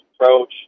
approach